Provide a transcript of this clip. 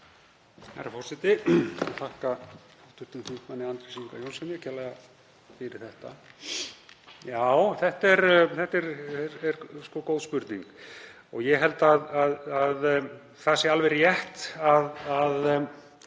þetta er góð spurning. Ég held að það sé alveg rétt að